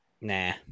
Nah